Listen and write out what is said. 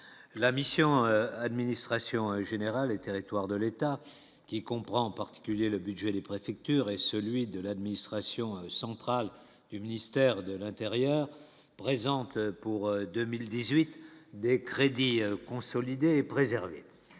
la mission administration générale et territoire de l'État. Qui comprend en particulier le budget, les préfectures et celui de l'administration centrale du ministère de l'Intérieur. Présente pour 2018 des crédits consolider et préserver,